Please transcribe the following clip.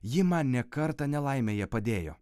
ji man ne kartą nelaimėje padėjo